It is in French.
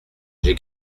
j’ai